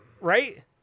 Right